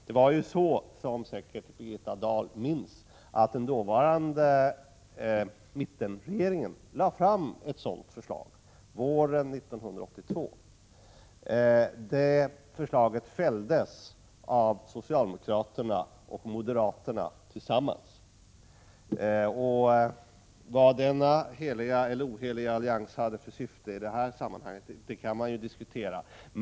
Det var så, som Birgitta Dahl säkert minns, att den dåvarande mittenregeringen lade fram ett sådant förslag våren 1982. Det förslaget fälldes av socialdemokraterna och moderaterna tillsammans. Vad denna heliga eller oheliga allians hade för syfte i det här sammanhanget kan diskuteras.